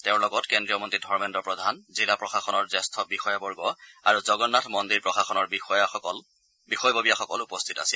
তেওঁৰ লগত কেন্দ্ৰীয় মন্ত্ৰী ধৰ্মেন্দ্ৰ প্ৰধান জিলা প্ৰশাসনৰ জ্যেষ্ঠ বিষয়াবৰ্গ আৰু জগন্নাথ মন্দিৰ প্ৰশাসনৰ বিষয়ববীয়াসকল উপস্থিত আছিল